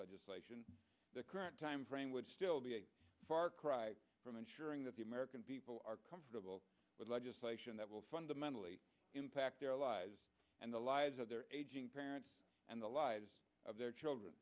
legislation the current timeframe would still be a far cry from ensuring that the american people are comfortable with legislation that will fundamentally impact their allies and the lives of their aging parents and the lives of their children